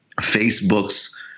Facebook's